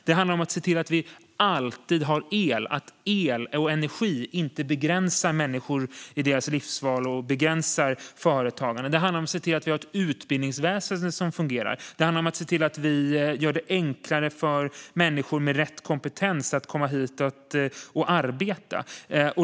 Vi måste se till att alltid ha el och energi så att det inte begränsar människor i deras livsval och begränsar företagarna. Vidare måste vi ha ett utbildningsväsen som fungerar. Vi måste göra det enklare för människor med rätt kompetens att komma hit och arbeta.